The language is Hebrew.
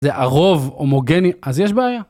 זה הרוב, הומוגני, אז יש בעיה?